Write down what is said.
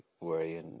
worrying